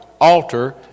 altar